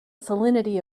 salinity